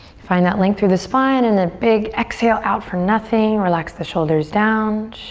find that length through the spine and then big exhale out for nothing, relax the shoulders down